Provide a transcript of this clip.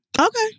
okay